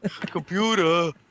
Computer